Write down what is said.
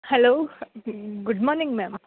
hello good morning ma'am